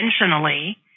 intentionally